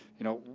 you know,